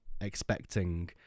expecting